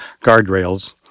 guardrails